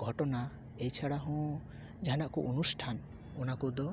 ᱜᱷᱚᱴᱚᱱᱟ ᱮᱪᱷᱟᱲᱟ ᱦᱚᱸ ᱡᱟᱦᱟᱱᱟᱜ ᱠᱚ ᱚᱱᱩᱥᱴᱷᱟᱱ ᱚᱱᱟ ᱠᱚᱫᱚ